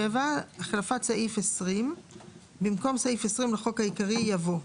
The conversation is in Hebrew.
7. החלפת סעיף 20. במקום סעיף 20 לחוק העיקרי יבוא: